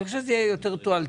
ואני חושב שזה יהיה יותר תועלתי.